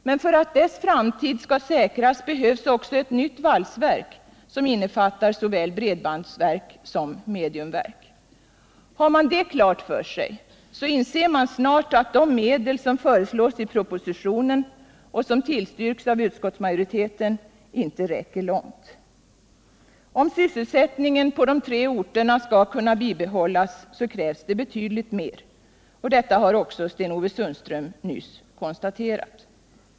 Men för att dess framtid skall säkras behövs också ett nytt valsverk, som innefattar såväl bredbandsverk som mediumverk. Har man det klart för sig inser man snart att de medel som föreslås i propositionen och som tillftyrks av utskottsmajoriteten inte räcker långt. Om sysselsättningen på de tre orterna skall kunna bibehållas krävs betydligt mer. Detta har också Sten-Ove Sundström konstaterat.